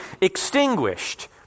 extinguished